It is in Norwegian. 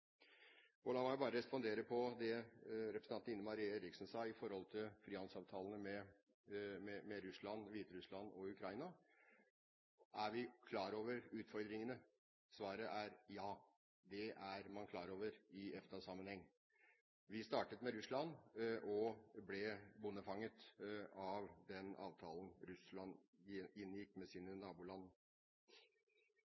møte. La meg bare respondere på det som representanten Ine Marie Eriksen Søreide sa om frihandelsavtalene med Russland, Hviterussland og Ukraina: Er vi klar over utfordringene? Svaret er ja, det er man klar over i EFTA-sammenheng. Vi startet med Russland og ble bondefanget av den avtalen Russland inngikk med sine